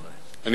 לסכם, אדוני.